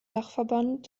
dachverband